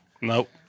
Nope